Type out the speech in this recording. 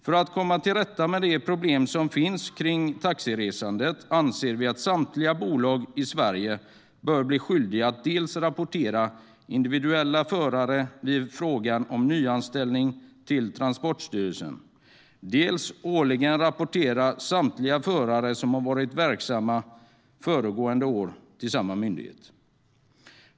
För att komma till rätta med de problem som finns kring taxiresande anser vi att samtliga taxibolag i Sverige bör bli skyldiga att dels rapportera individuella förare i fråga om nyanställning till Transportstyrelsen, dels årligen rapportera samtliga förare som har varit verksamma föregående år till samma myndighet.